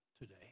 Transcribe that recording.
today